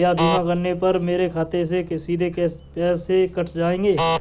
क्या बीमा करने पर मेरे खाते से सीधे पैसे कट जाएंगे?